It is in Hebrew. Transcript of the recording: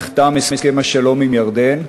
נחתם הסכם השלום עם ירדן.